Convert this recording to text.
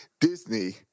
Disney